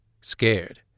scared